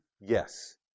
Yes